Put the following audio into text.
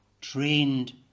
Trained